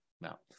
now